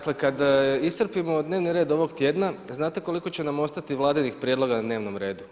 Kada iscrpimo dnevni red ovog tjedna, znate koliko će nam ostati vladinih prijedloga na dnevnom redu?